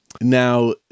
Now